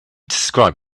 described